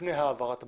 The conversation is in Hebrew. לפני העברת הבעלות,